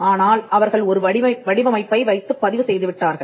ஆனால் அவர்கள் ஒரு வடிவமைப்பை வைத்துப் பதிவு செய்துவிட்டார்கள்